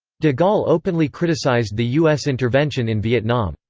de gaulle openly criticised the u s. intervention in vietnam.